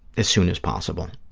as soon as possible,